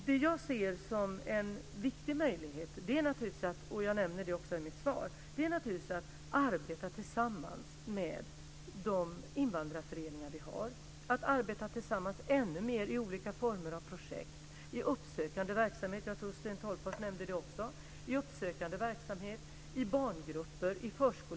Det jag ser som viktiga möjligheter - jag nämner det också i mitt svar - är att arbeta tillsammans med de invandrarföreningar vi har. Det handlar om att arbeta tillsammans ännu mer i olika former av projekt och i uppsökande verksamhet i barngrupper och förskolegrupper. Jag tror Sten Tolgfors nämnde det också.